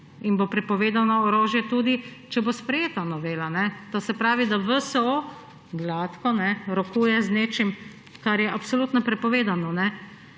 In bo prepovedano orožje tudi, če bo sprejeta novela. To se pravi, da VSO gladko rokuje z nečim, kar je absolutno prepovedano.